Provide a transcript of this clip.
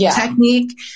technique